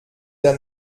der